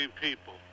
people